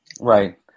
Right